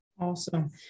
Awesome